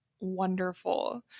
wonderful